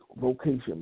vocation